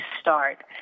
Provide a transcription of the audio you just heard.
start